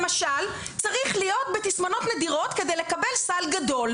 צריך להיות בתסמונות נדירות כדי לקבל סל גדול?